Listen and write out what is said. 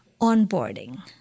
onboarding